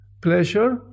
pleasure